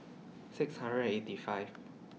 six hundred and eighty five